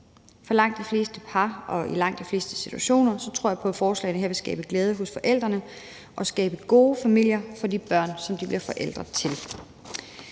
For langt de fleste par og i langt de fleste situationer tror jeg på at forslaget her vil skabe glæde hos forældrene og skabe gode familier for de børn, som man bliver forældre til.